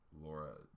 Laura